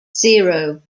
zero